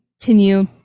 continue